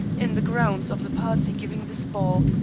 in the grounds of the party giving this ball,